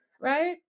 right